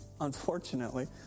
unfortunately